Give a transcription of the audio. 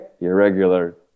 irregular